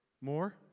More